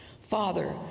Father